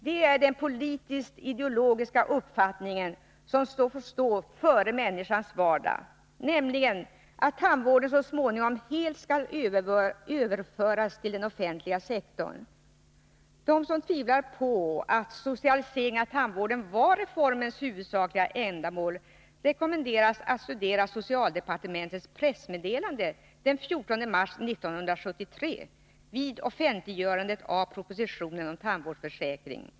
Får den politiskt ideoligiska uppfattningen komma före människans vardag, så att tandvården så småningom helt skall överföras till den offentliga sektorn? De som tvivlar på att socialisering av tandvården var reformens huvudsakliga ändamål rekommenderas att studera socialdepartementets pressmeddelande den 14 mars 1973 vid offentliggörandet av propositionen om tandvårdsförsäkring.